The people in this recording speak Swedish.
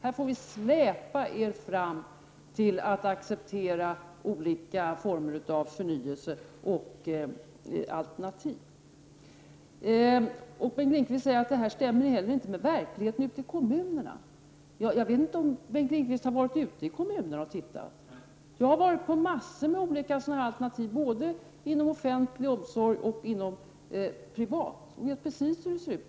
Vi får släpa er fram till att acceptera olika former av förnyelse och alternativ. Bengt Lindqvist säger att det här inte stämmer med verkligheten ute i kommunerna. Jag vet inte om Bengt Lindqvist har varit ute i kommunerna och tittat. Jag har sett mängder av olika alternativ, både inom offentlig omsorg och inom privat omsorg. Jag vet precis hur det ser ut.